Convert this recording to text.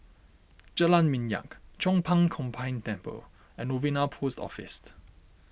Jalan Minyak Chong Pang Combined Temple and Novena Post Office